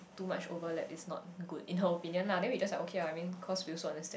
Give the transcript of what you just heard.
too much overlap is not good in her opinion lah then we just like okay ah I mean cause we also understand